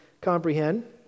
comprehend